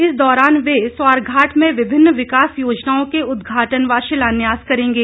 इस दौरान वे स्वारघाट में विभिन्न विकास योजनाओं के उदघाटन व शिलान्यास करेंगे